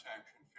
Action